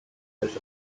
house